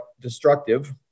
destructive